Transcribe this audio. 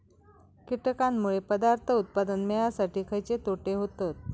कीटकांनमुळे पदार्थ उत्पादन मिळासाठी खयचे तोटे होतत?